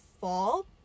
fall